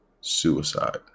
suicide